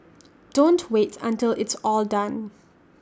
don't wait until it's all done